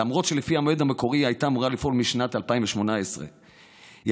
למרות שלפי המועד המקורי היא הייתה אמורה לפעול משנת 2018. אני